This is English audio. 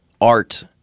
art